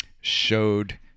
showed